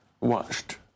watched